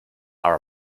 are